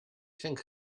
think